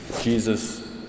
Jesus